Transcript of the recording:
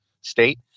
state